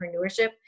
entrepreneurship